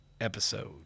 episode